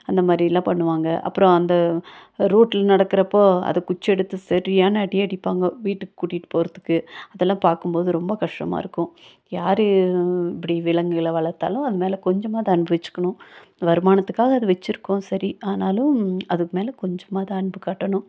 அந்த மாதிரிலாம் பண்ணுவாங்கள் அப்புறம் அந்த ரோட்ல நடக்கிறப்போ அது குச்சி எடுத்து சரியான அடி அடிப்பாங்கள் வீட்டுக்கு கூட்டிட்டு போகிறதுக்கு அதெல்லாம் பார்க்கும்போது ரொம்ப கஷ்டமாக இருக்கும் யாரு இப்படி விலங்குகளை வளர்த்தாலும் அது மேலே கொஞ்சமாது அன்பு வச்சுக்கணும் வருமானத்துக்காக அதை வச்சிருக்கோம் சரி ஆனாலும் அதுக்கு மேலே கொஞ்சமாவது அன்பு காட்டணும்